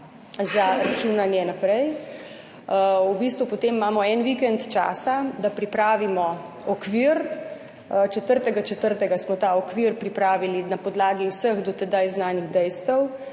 za računanje naprej. V bistvu potem imamo en vikend časa, da pripravimo okvir, 4. 4. smo ta okvir pripravili na podlagi vseh do tedaj znanih dejstev,